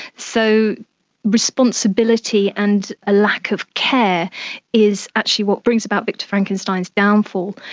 so responsibility and a lack of care is actually what brings about victor frankenstein's downfall.